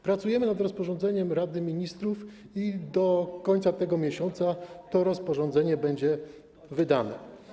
Pracujemy nad rozporządzeniem Rady Ministrów i do końca tego miesiąca to rozporządzenie będzie wydane.